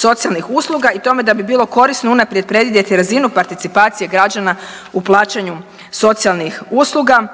socijalnih usluga i tome da bi bilo korisno unaprijed predvidjeti razinu participacije građana u plaćanju socijalnih usluga,